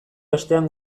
bestean